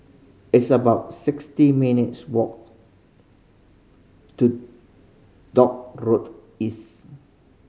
it's about sixty minutes' walk to Dock Road East